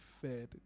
fed